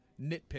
nitpick